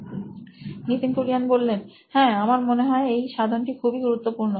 Nitin Kurien C O O নোইন electronics হ্যাঁ আমার মনে হয় এই সাধনটি খুবই গুরুত্বপূর্ণ